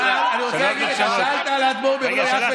אני רוצה להגיד לך, שאלת על האדמו"ר מערלוי.